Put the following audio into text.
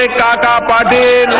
ah da da da